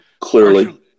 clearly